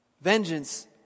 Vengeance